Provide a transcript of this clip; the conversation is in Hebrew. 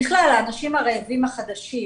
בכלל, האנשים הרעבים החדשים.